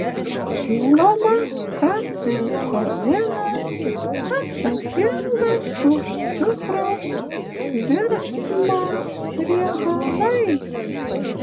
žinoma kad insulinas atsakingas už cukraus virsmą riebalais